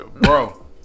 Bro